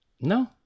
No